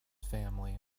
family